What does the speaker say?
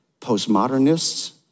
Postmodernists